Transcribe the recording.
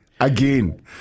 again